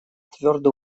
твердо